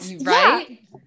right